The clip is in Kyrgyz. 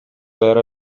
даяр